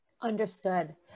Understood